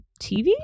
TV